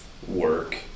work